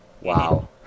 Wow